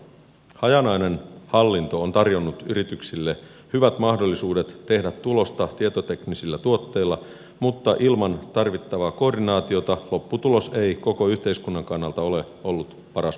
hajanainen hallinto on tarjonnut yrityksille hyvät mahdollisuudet tehdä tulosta tietoteknisillä tuotteilla mutta ilman tarvittavaa koordinaatiota lopputulos ei koko yhteiskunnan kannalta ole ollut paras mahdollinen